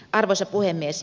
arvoisa puhemies